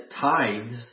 tithes